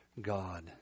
God